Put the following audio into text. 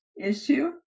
issue